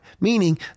Meaning